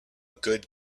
good